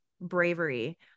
bravery